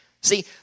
See